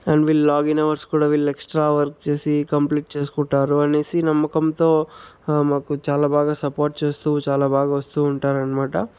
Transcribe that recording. and వీళ్ళ login hours కూడా వీళ్ళు ఎక్స్ట్రా వర్క్ చేసి కంప్లీట్ చేసుకుంటారు అనేసి నమ్మకంతో మాకు చాలా బాగా సపోర్ట్ చేస్తూ చాలా బాగా వస్తూ ఉంటారనమాట